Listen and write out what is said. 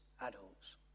adults